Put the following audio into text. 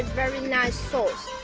very nice sauce.